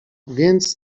więc